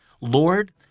Lord